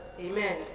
Amen